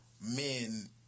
men